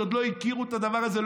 שעוד לא הכירו את הדבר הזה,